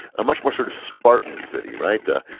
a much more sort of spartan city, right? ah